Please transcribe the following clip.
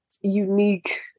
unique